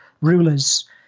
rulers